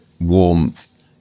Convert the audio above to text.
warmth